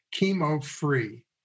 chemo-free